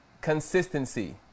Consistency